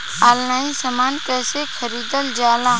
Online समान कैसे खरीदल जाला?